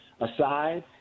aside